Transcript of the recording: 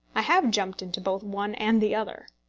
i have jumped into both one and the other.